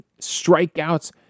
strikeouts